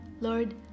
lord